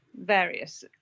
various